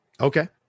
Okay